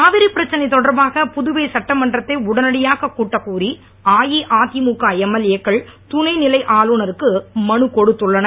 காவிரி பிரச்சனை தொடர்பாக புதுவை சட்டமன்றத்தை உடனடியாக கூட்டக் கோரி அஇஅதிமுக எம்எல்ஏ க்கள் துணைநிலை ஆளுநருக்கு மனு கொடுத்துள்ளனர்